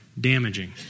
damaging